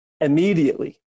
immediately